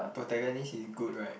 protagonist is good right